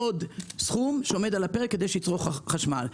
כדי שיצרוך חשמל.